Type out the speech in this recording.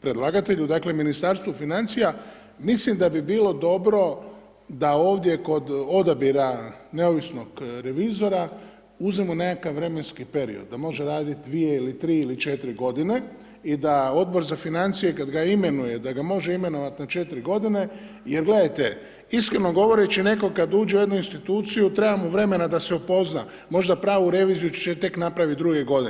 predlagatelju, dakle Ministarstvu financija, mislim da bi bilo dobro da ovdje kod odabira neovisnog revizora uzmemo nekakav vremenski period, da može raditi 2 ili 3 ili 4 g. i da Odbor za financije kad imenuje, da ga može imenovati na 4 g., jer gledajte, iskreno govoreći, netko kad uđe u jednu instituciju, treba mu vremena da se upozna, možda pravu reviziju će tek napraviti druge godine.